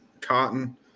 Cotton